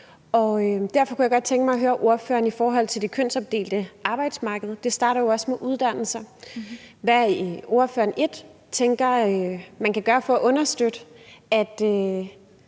derfor kunne jeg godt tænke mig at høre ordføreren i forhold til det kønsopdelte arbejdsmarked. Det starter jo også med uddannelserne. Den første del er: Hvad tænker ordføreren at man kan gøre for at understøtte, at